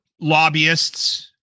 lobbyists